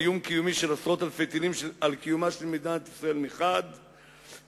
איום קיומי של עשרות אלפי טילים על קיומה של מדינת ישראל מחד גיסא,